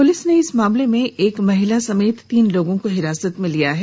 police ने इस मामले में एक महिला समेत तीन लोगों को हिरासत में लिया है